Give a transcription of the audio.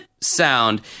sound